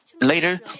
later